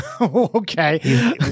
Okay